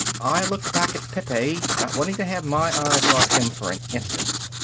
i looked back at pepe, not wanting to have my eyes off him for an instant.